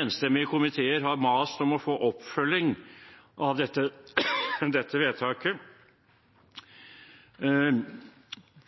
Enstemmige komiteer har mast om å få oppfølging av dette vedtaket,